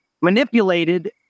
Manipulated